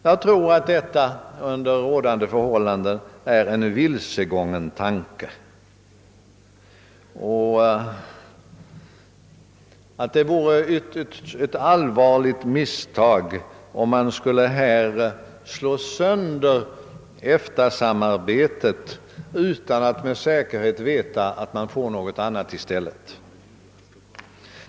— Jag tror att detta under rådande förhållanden är en vilsegången tanke och att det vore ett allvarligt misstag om man skulle slå sönder EFTA-samarbetet utan att med säkerhet veta att man får något annat i stället.